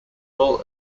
full